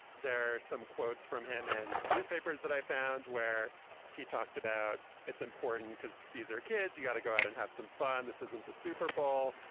there are some quotes from him in newspapers that i found where he talked about it's important because these are kids. you got to go out and have some fun. this isn't the super bowl.